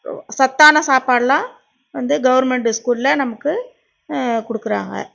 சத்தான சாப்பாடெலாம் வந்து கவுர்மெண்டு ஸ்கூலில் நமக்கு கொடுக்கறாங்க